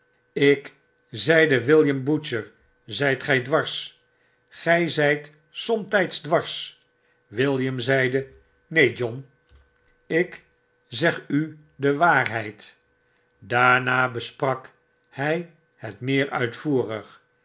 ik zeide william butcher zyt gij dwars gy zyt somtyds dwars william zeide jneen john ik zeg u de waarheid daarna besprak hy ht meer uitvoerig